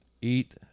Eat